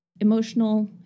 emotional